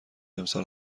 امسال